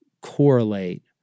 correlate